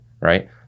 right